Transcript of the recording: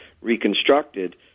reconstructed